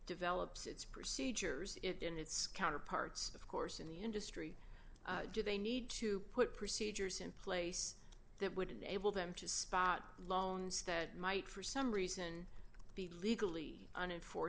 develops its procedures it and its counterparts of course in the industry do they need to put procedures in place that would enable them to spot loans that might for some reason be legally unenfor